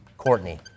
Courtney